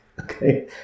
okay